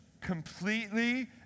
completely